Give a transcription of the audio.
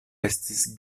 estis